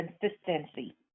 consistency